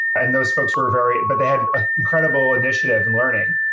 and those folks were very but they had an incredible initiative in learning.